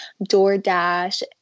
DoorDash